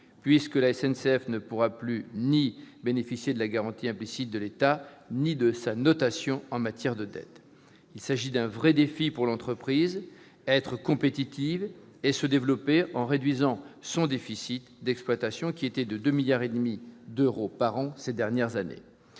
puisque la SNCF ne pourra plus bénéficier ni de la garantie implicite de l'État ni de sa notation en matière de dette. Il s'agit d'un vrai défi pour l'entreprise : être compétitive et se développer en réduisant son déficit d'exploitation, qui était de 2,5 milliards d'euros par an ces dernières années.